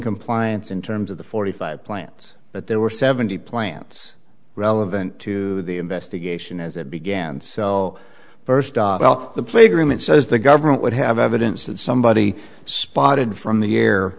compliance in terms of the forty five plants but there were seventy plants relevant to the investigation as it began so first off the playground it says the government would have evidence that somebody spotted from the air